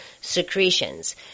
secretions